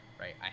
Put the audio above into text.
Right